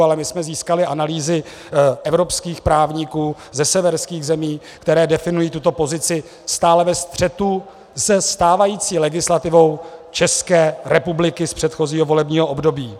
Ale my jsme získali analýzy evropských právníků ze severských zemí, které definují tuto pozici stále ve střetu se stávající legislativou České republiky z předchozího volebního období.